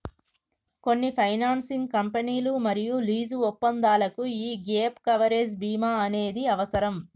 కొన్ని ఫైనాన్సింగ్ కంపెనీలు మరియు లీజు ఒప్పందాలకు యీ గ్యేప్ కవరేజ్ బీమా అనేది అవసరం